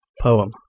Poem